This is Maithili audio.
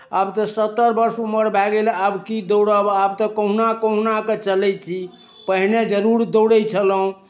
आब तऽ सत्तर वर्ष उमर भए गेल आब की दौड़ब आब तऽ कोहुना कोहुनाके चलै छी पहिने जरूर दौड़ै छलहुँ